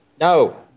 No